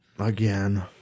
Again